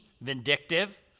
vindictive